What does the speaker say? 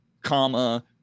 comma